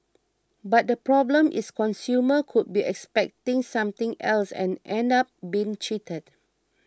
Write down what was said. but the problem is consumers could be expecting something else and end up being cheated